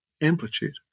amplitude